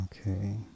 Okay